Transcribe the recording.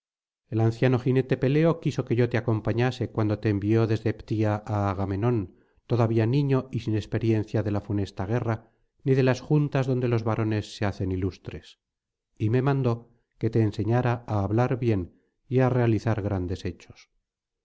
el anciano jinete peleo quiso que yo te acompañase cuando te envió desde ptía á agamenón todavía niño y sin experiencia de la funesta guerra ni de las juntas donde los varones se hacen ilustres y me mandó que te enseñara á hablar bien y á realizar grandes hechos